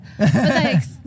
Thanks